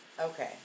okay